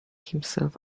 himself